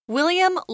William